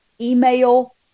email